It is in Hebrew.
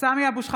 (קוראת בשמות חברי הכנסת) סמי אבו שחאדה,